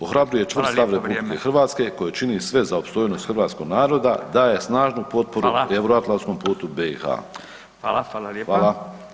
Ohrabruje čvrst stav RH [[Upadica Radin: Hvala lijepa, vrijeme.]] koja čini sve za opstojnost hrvatskog naroda, daje snažnu potporu [[Upadica Radin: Hvala.]] euroatlantskom putu BiH-a.